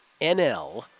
NL